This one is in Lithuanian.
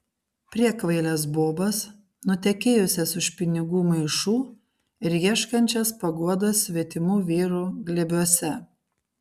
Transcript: priekvailes bobas nutekėjusias už pinigų maišų ir ieškančias paguodos svetimų vyrų glėbiuose